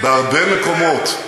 בהרבה מקומות,